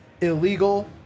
illegal